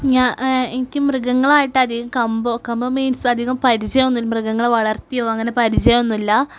എനിക്ക് മൃഗങ്ങളുമായിട്ട് അധികം കമ്പം മീൻസ് അധികം പരിചയമൊന്നും മൃഗങ്ങളെ വളർത്തിയോ അങ്ങനെ പരിചയമൊന്നും ഇല്ല